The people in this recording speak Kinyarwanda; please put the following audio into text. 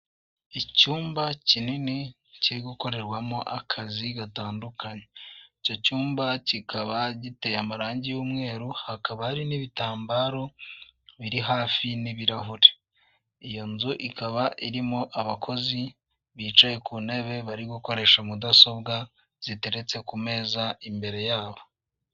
Icyumba kinini kiri gukorerwamo akazi gatandukanye, icyo cyumba kikaba giteye amarangi y'umweru hakaba hari n'ibitambaro biri hafi n'ibirahure. Iyo nzu ikaba irimo abakozi bicaye ku ntebe bari gukoresha mudasobwa ziteretse ku meza imbere yabo.